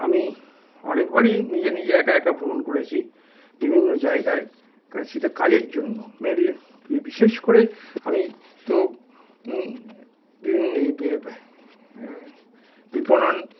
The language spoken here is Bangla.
আমি অনেকবারই নিজে নিজে একা একা ভ্রমণ করেছি বিভিন্ন জায়গায় সেটা কাজের জন্য মেনলি বিশেষ করে আমি তো বিতরণ